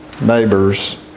neighbors